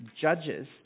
judges